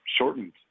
shortened